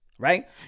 Right